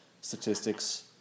statistics